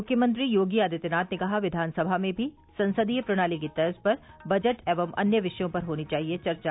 मुख्यमंत्री योगी आदित्यनाथ ने कहा विधानसभा में भी संसदीय प्रणाली की तर्ज पर बजट एवं अन्य विषयों पर होनी चाहिए चर्चा